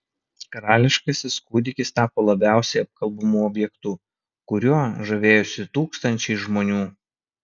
karališkasis kūdikis tapo labiausiai apkalbamu objektu kuriuo žavėjosi tūkstančiai žmonių